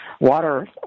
Water